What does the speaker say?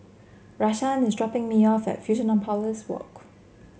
Rashaan is dropping me off at Fusionopolis Walk